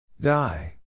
Die